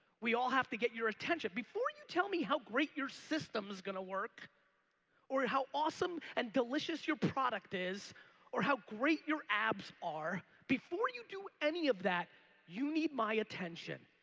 we all have to get your attention before you tell me how great your system's gonna work or how awesome and delicious your product is or how great your abs are before you do any of that you need my attention.